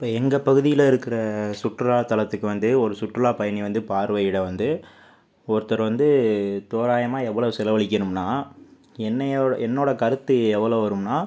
இப்போ எங்க பகுதியில் இருக்ககிற சுற்றுலாத்தலத்துக்கு வந்து ஒரு சுற்றுலா பயணி வந்து பார்வையிட வந்து ஒருத்தர் வந்து தோராயமாக எவ்வளோ செலவலிக்கணும்னா என்னையோ என்னோடய கருத்து எவ்வளோ வரும்னா